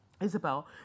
Isabel